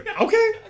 okay